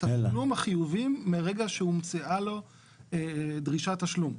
תשלום החיובים מרגע שהומצאה לו דרישת תשלום.